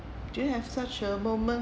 do you have such a moment